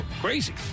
Crazy